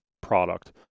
product